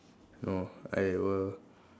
no I will